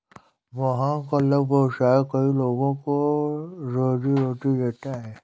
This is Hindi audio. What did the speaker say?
मोहन का लघु व्यवसाय कई लोगों को रोजीरोटी देता है